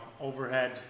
overhead